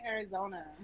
Arizona